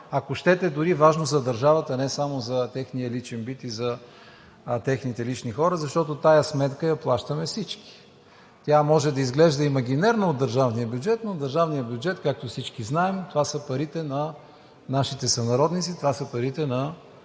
ако щете дори важно за държавата, а не само за техния личен бит и за техните лични хора, защото тази сметка я плащаме всички. Тя може да изглежда имагинерно от държавния бюджет, но държавният бюджет, както всички знаем, това са парите на нашите сънародници, това са парите на